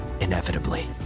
inevitably